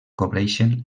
cobreixen